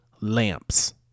Lamps